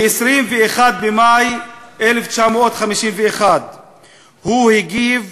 ב-21 במאי 1951 הוא הגיב